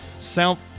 South